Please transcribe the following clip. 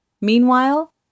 Meanwhile